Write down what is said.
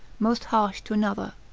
most harsh to another.